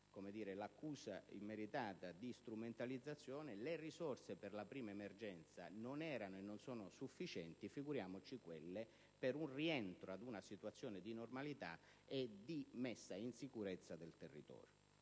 l'accusa immeritata di strumentalizzazione, le risorse per la prima emergenza non erano e non sono sufficienti, figuriamoci quelle per il ritorno ad una situazione di normalità e di messa in sicurezza del territorio.